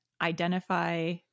identify